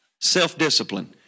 self-discipline